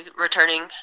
returning